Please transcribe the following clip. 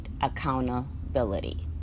Accountability